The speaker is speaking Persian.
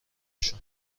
شون